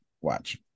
watch